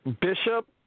Bishop